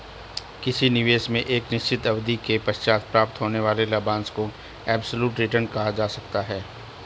किसी निवेश में एक निश्चित अवधि के पश्चात प्राप्त होने वाले लाभांश को एब्सलूट रिटर्न कहा जा सकता है